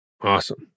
awesome